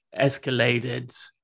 escalated